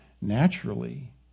naturally